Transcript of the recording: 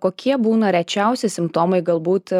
kokie būna rečiausi simptomai galbūt